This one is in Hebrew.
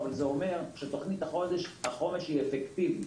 אבל זה אומר שתוכנית החומש היא אפקטיבית.